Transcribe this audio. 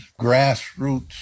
grassroots